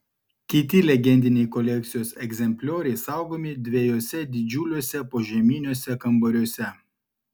kiti legendiniai kolekcijos egzemplioriai saugomi dviejuose didžiuliuose požeminiuose kambariuose